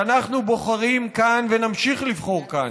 צריך לומר שאנחנו בוחרים כאן, ונמשיך לבחור כאן,